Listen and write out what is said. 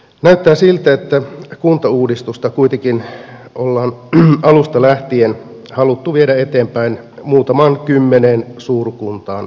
näyttää siltä että kuntauudistusta kuitenkin on alusta lähtien haluttu viedä eteenpäin muutamaan kymmeneen suurkuntaan nojautuen